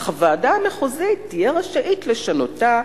"אך הוועדה המחוזית תהיה רשאית לשנותה,